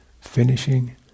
finishing